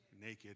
naked